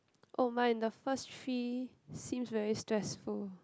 oh mine the first three seems very stressful